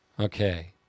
Okay